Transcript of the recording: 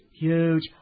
huge